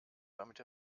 damit